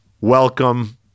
Welcome